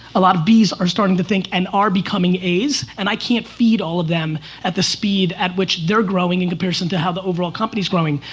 a lot of b's are starting to think and are becoming a's and i can't feed all of them at the speed at which they're growing in comparison to how the overall company's growing.